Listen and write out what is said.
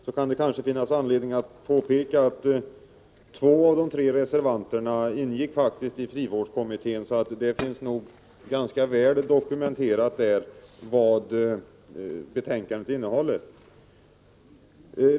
Det kan kanske finnas anledning att påpeka att två av de tre reservanterna faktiskt ingick i frivårdskommittén, så betänkandets innehåll är nog ganska väl dokumenterat där.